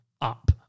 up